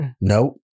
No